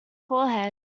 forehead